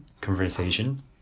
conversation